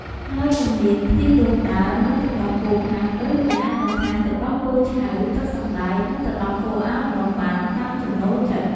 ហើយនិងមាន ខ្ទិះដូងដើម និងទឹកដោះគោខាប់ ឬអ្នកអាចបន្ថែមទឹកដោះគោឆៅ ទឹកសណ្តែក និងទឹកដោះគោអាល់ម៉ុនបាន តាមចំណូលចិត្ត។